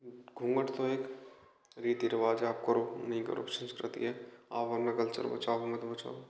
घूंघट तो एक रीति रिवाज है आप करो नही करो दृष्टि होती है आप अपना कल्चर बचाओ मत बचाओ